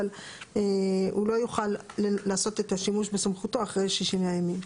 אבל הוא לא יוכל לעשות את השימוש בסמכותו אחרי 60 ימים.